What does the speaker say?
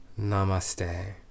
Namaste